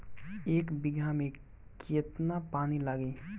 एक बिगहा में केतना पानी लागी?